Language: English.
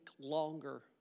longer